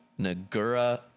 Nagura